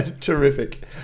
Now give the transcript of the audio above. Terrific